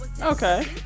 Okay